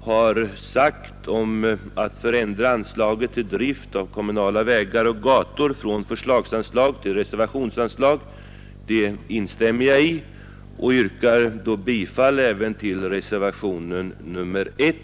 har sagt om att förändra anslaget till drift av kommunala vägar och gator från förslagsanslag till reservationsanslag instämmer jag i, och jag yrkar bifall även till reservationen 1.